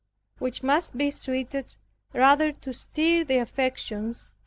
which must be suited rather to stir the affections,